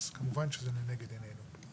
אז כמובן שזה לנגד עינינו.